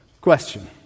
Question